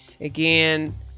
again